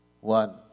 One